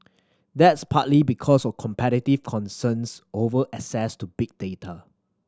that's partly because of competitive concerns over access to big data